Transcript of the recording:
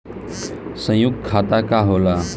सयुक्त खाता का होला?